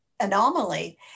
Anomaly